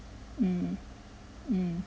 mm mm